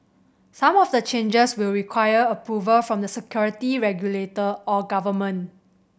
some of the changes will require approval from the security regulator or government